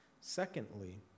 Secondly